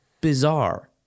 bizarre